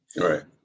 Right